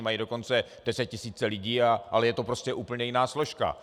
Mají dokonce desetitisíce lidí, ale je to prostě úplně jiná složka.